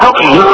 Okay